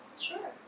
sure